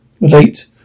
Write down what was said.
Late